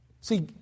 See